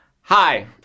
Hi